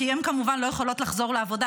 הן, כמובן, לא יכולות לחזור לעבודה.